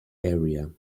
area